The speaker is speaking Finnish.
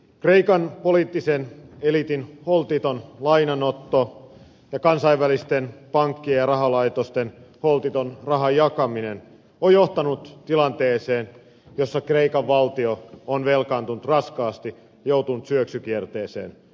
kreikan poliittisen eliitin holtiton lainanotto ja kansainvälisten pankkien ja rahalaitosten holtiton rahan jakaminen on johtanut tilanteeseen jossa kreikan valtio on velkaantunut raskaasti joutunut syöksykierteeseen